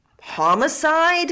homicide